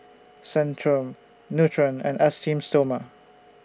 Centrum Nutren and Esteem Stoma